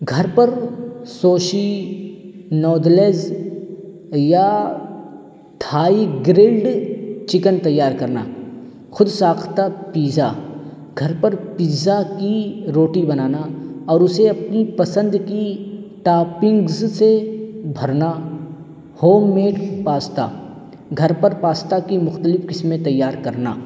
گھر پر sushi noodles یا تھائی گرلڈ چکن تیار کرنا خود ساختہ پیزا گھر پر پیزا کی روٹی بنانا اور اسے اپنی پسند کی ٹاپنگس سے بھرنا ہوم میڈ پاستا گھر پر پاستا کی مختلف قسمیں تیار کرنا